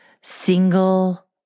single